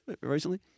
recently